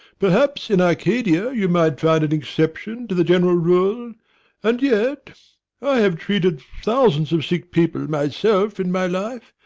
perhaps in arcadia you might find an exception to the general rule and yet i have treated thousands of sick people myself in my life,